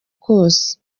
kose